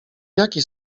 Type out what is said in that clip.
jaki